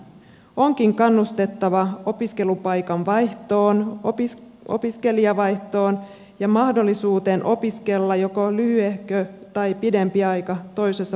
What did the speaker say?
onkin kannustettava opiskelupaikan vaihtoon opiskelijavaihtoon ja mahdollisuuteen opiskella joko lyhyehkö tai pidempi aika toisissa pohjoismaissa